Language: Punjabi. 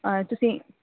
ਤੁਸੀਂ